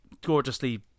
gorgeously